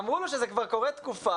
אמרו לו שזה כבר קורה תקופה,